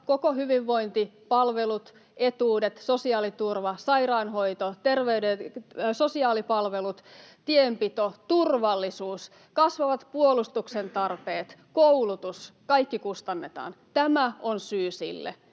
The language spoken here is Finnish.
koko hyvinvointipalvelut, etuudet, sosiaaliturva, sairaanhoito, sosiaalipalvelut, tienpito, turvallisuus, kasvavat puolustuksen tarpeet, koulutus ja kaikki kustannetaan. Tämä on syy sille.